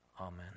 Amen